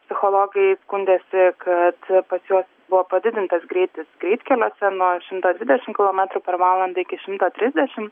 psichologai skundėsi kad pas juos buvo padidintas greitis greitkeliuose nuo šimto dvidešimt kilometrų per valandą iki šimto trisdešimt